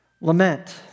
Lament